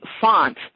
font